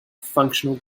functional